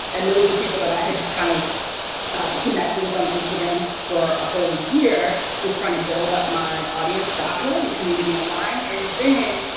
and those were people that i had kind of ah connected with on instagram for a whole year just trying to build up my audience that way and community online. and then,